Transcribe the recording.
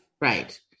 right